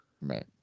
Right